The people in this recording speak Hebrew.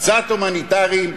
קצת הומניטריים,